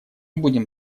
будем